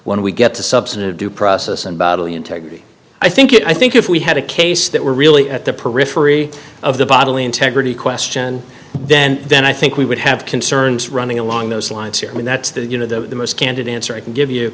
when we get to substantive due process and bodily integrity i think it i think if we had a case that were really at the periphery of the bodily integrity question then then i think we would have concerns running along those lines here and that's the you know the most candid answer i can give you